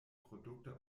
produkte